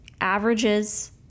averages